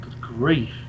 grief